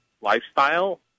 lifestyle